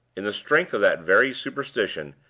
in the strength of that very superstition,